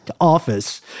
office